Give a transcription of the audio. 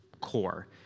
core